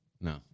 No